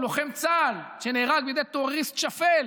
הוא לוחם צה"ל שנהרג בידי טרוריסט שפל